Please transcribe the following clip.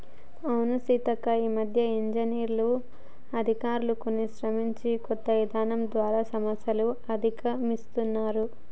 అవును సీతక్క ఈ మధ్య ఇంజనీర్లు అధికారులు రోజు శ్రమించి కొత్త ఇధానాలు ద్వారా సమస్యలు అధిగమిస్తున్నారు